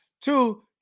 Two